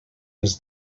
les